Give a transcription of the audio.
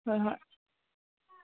ꯍꯣꯏ ꯍꯣꯏ